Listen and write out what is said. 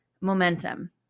momentum